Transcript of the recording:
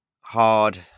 hard